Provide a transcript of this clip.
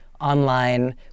Online